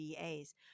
VAs